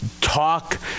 Talk